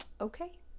Okay